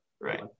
right